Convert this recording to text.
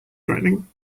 threatening